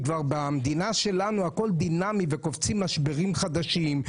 במדינה שלנו הכול דינמי וכבר קופצים משברים חדשים,